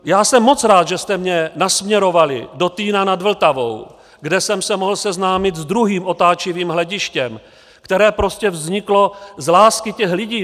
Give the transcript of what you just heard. Já jsem moc rád, že jste mě nasměrovali do Týna nad Vltavou, kde jsem se mohl seznámit s druhým otáčivým hledištěm, které prostě vzniklo z lásky těch lidí.